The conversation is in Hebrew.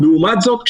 לעומת זאת,